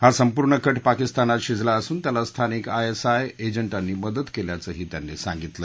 हा संपूर्ण कट पाकिस्तानात शिजला असून त्याला स्थानिक आयएसआय एजंटांनी मदत केल्याचंही त्यांनी सांगितलं